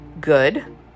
good